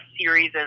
series